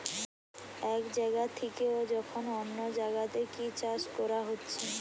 এক জাগা থিকে যখন অন্য জাগাতে কি চাষ কোরা হচ্ছে